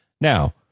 Now